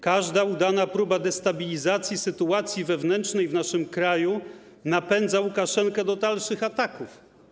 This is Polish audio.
Każda udana próba destabilizacji sytuacji wewnętrznej w naszym kraju napędza Łukaszenkę do dalszych ataków.